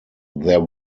there